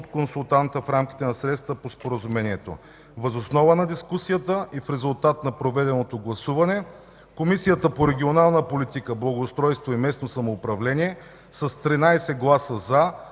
от консултанта в рамките на средствата по споразумението. Въз основа на дискусията и в резултат на проведеното гласуване Комисията по регионална политика, благоустройство и местно самоуправление с 13 гласа –